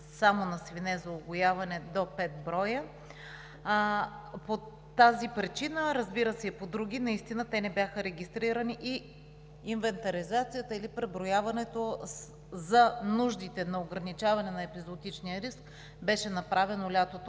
само на свине за угояване до 5 броя. По тази причина, разбира се, и по други, те не бяха регистрирани и инвентаризацията или преброяването за нуждите на ограничаване на епизоотичния риск беше направено лятото,